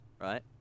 right